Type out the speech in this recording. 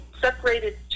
separated